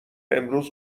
امروز